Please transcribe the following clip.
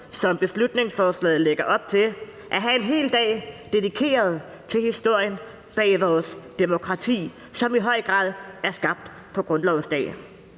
som beslutningsforslaget lægger op til, at have en hel dag dedikeret til historien bag vores demokrati, som i høj grad er skabt på grundlovsdag.